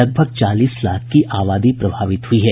लगभग चालीस लाख की आबादी प्रभावित हुई है